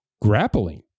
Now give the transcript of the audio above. grappling